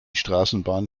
straßenbahn